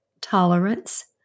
tolerance